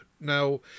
Now